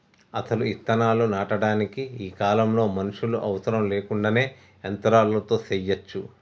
అసలు ఇత్తనాలు నాటటానికి ఈ కాలంలో మనుషులు అవసరం లేకుండానే యంత్రాలతో సెయ్యచ్చు